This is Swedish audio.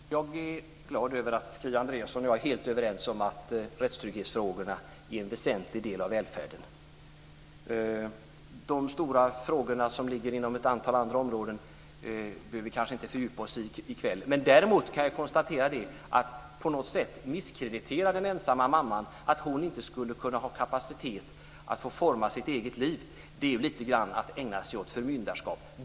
Fru talman! Jag är glad över att Kia Andreasson och jag är helt överens om att rättstrygghetsfrågorna är en väsentlig del av välfärden. De stora frågor som ligger inom ett antal andra områden behöver vi i kväll kanske inte fördjupa oss i. Man ska inte på något sätt misskreditera den ensamma mamman. Att tro att hon inte skulle kunna ha kapacitet att forma sitt eget liv är lite grann att ägna sig åt förmyndarskap.